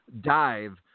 dive